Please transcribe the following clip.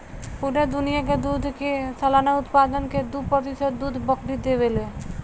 पूरा दुनिया के दूध के सालाना उत्पादन के दू प्रतिशत दूध बकरी देवे ले